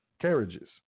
carriages